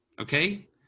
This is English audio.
okay